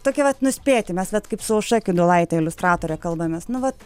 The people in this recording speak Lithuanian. tokį vat nuspėti mes vat kaip su aušra kiudulaite iliustratore kalbamės nu vat